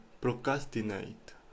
procrastinate